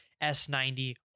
S90